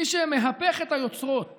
מי שמהפך את היוצרות